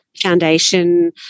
foundation